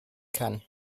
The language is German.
kann